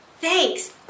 Thanks